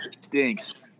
stinks